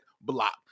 Block